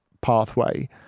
pathway